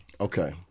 Okay